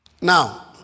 Now